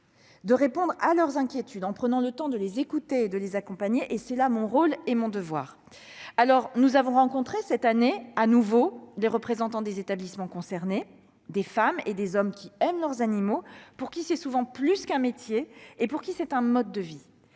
de répondre à leurs inquiétudes en prenant le temps de les écouter et de les accompagner. C'est là mon devoir. Nous avons rencontré cette année, à nouveau, les représentants des établissements concernés. Il s'agit de femmes et d'hommes qui aiment leurs animaux. Pour ces personnes, c'est souvent plus qu'un métier ; c'est un mode de vie.